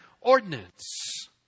ordinance